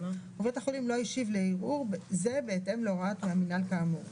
ובית החולים לא השיב לערעור זה בהתאם להוראת המינהל כאמור.